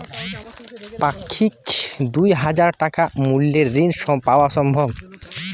পাক্ষিক দুই হাজার টাকা মূল্যের ঋণ পাওয়া সম্ভব?